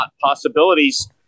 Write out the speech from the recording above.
possibilities